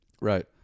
Right